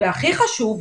והכי חשוב,